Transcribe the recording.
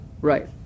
Right